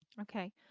okay